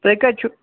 تُہۍ کَتہِ چھِو